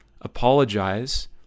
apologize